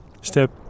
Step